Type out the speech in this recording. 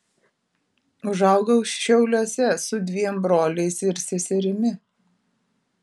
užaugau šiauliuose su dviem broliais ir seserimi